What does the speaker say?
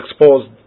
exposed